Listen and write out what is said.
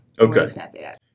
okay